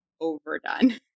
overdone